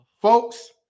Folks